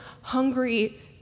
hungry